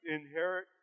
inherit